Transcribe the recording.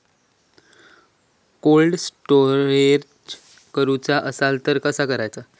Cold storage करूचा असला तर कसा करायचा?